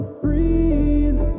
breathe